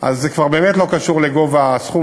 אז זה כבר באמת לא קשור לגובה הסכום,